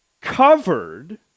covered